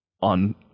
on